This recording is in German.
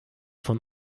von